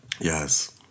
yes